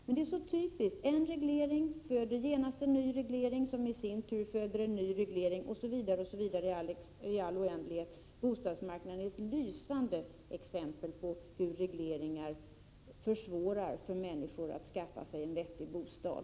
Men det är så typiskt: en reglering föder genast en ny reglering, som i sin tur föder en ny reglering, osv. i all oändlighet. Bostadsmarknaden är ett lysande exempel på hur regleringar försvårar för människor, i det här fallet att skaffa sig en vettig bostad.